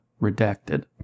redacted